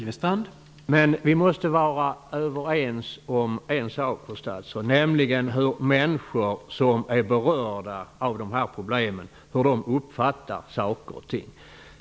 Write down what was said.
Herr talman! Vi borde kunna vara överens om en sak, fru statsråd, nämligen hur de människor som berörs av dessa problem uppfattar saken.